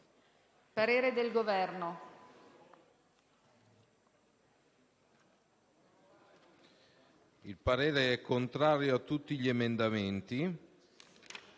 parere contrario su tutti gli emendamenti.